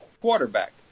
quarterback